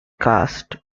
cast